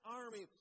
army